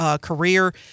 career